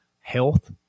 health